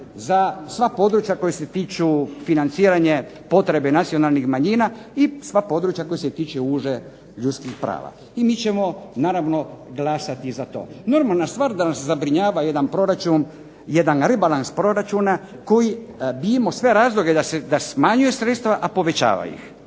za sva područja koja se tiču financiranja potrebe nacionalnih manjina i sva područja koja se tiču užih ljudskih prava i mi ćemo naravno glasati za to. Normalna stvar da nas zabrinjava jedan proračun, jedan rebalans proračuna koji bi imao sve razloge da smanjuje sredstva, a povećava ih.